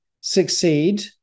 succeed